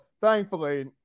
thankfully